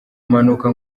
mpanuka